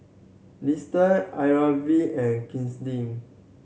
Liston Irven and Kristie